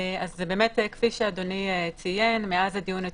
כפי שאדוני ציין, מאז הדיון אתמול,